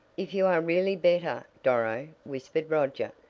if you are really better, doro, whispered roger,